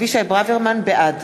בעד